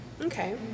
Okay